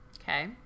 Okay